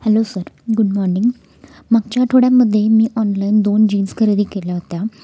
hello sir good morning मागच्या आठवड्यामध्ये मी ऑनलाईन दोन जीन्स खरेदी केल्या होत्या